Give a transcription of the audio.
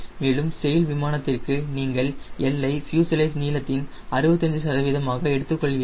மேலும் செயில் விமானத்திற்கு நீங்கள் L ஐ ஃப்யூஸலேஜ் நீளத்தின் 65 சதவீதமாக எடுத்துக் கொள்வீர்கள்